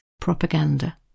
propaganda